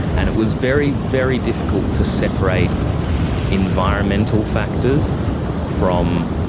and it was very, very difficult to separate environmental factors from